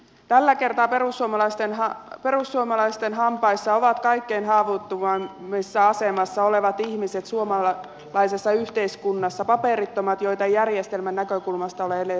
tällä kertaa perussuomalaisten hampaissa ovat kaikkein haavoittuvimmassa asemassa olevat ihmiset suomalaisessa yhteiskunnassa paperittomat joita ei järjestelmän näkökulmasta ole edes olemassa